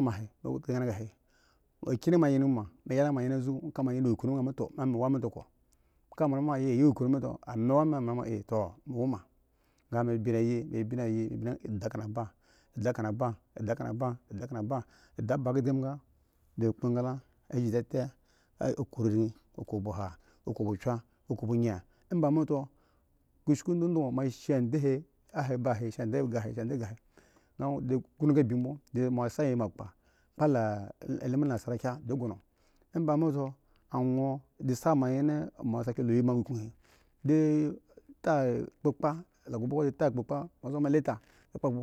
Emba mi wo engle mi sa glo do kishi ikena mi woma mo yen wo kunu kishi mi di ka ga mi mi uloma to emba mi beyen ga eda kana ba eda kana ba eda ba kedi ba heki ga mi ako engla tete ri koko bwe aha koko bwe kya koko bmo anyen emba m to mo shi monde zhgi koshiku dodomo mo sa yi engla ande ba ibo kpa la jurubwa mo sa yi egla mo sa yi makpa kpa la nasara kiya din kono a din a zshi a tou din bi sa ma ande lo yi ma kukuun amba din te kpe kip mozo mi lette dim